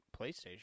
PlayStation